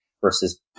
versus